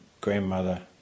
grandmother